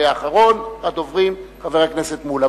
ואחרון הדוברים הוא חבר הכנסת מולה.